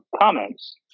comments